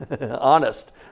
Honest